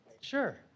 Sure